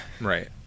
right